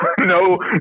no